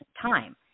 time